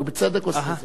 והוא בצדק עושה זאת.